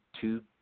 two